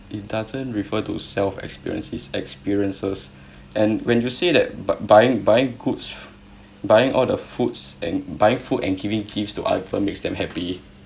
it doesn't refer to self experience it's experiences and when you say that buy buying buying goods buying all the foods and buying food and giving gifts to others makes them happy